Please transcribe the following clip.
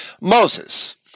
Moses